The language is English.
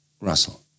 Russell